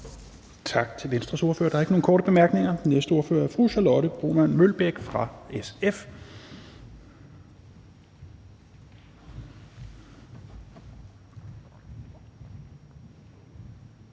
Tak til Venstres ordfører. Der er ikke nogen korte bemærkninger. Den næste ordfører er fru Charlotte Broman Mølbæk fra SF.